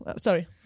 Sorry